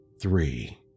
three